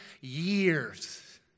years